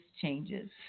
changes